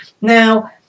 Now